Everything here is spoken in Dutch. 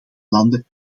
landen